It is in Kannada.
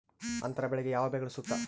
ಅಂತರ ಬೆಳೆಗೆ ಯಾವ ಬೆಳೆಗಳು ಸೂಕ್ತ?